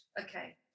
Okay